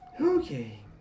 Okay